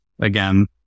again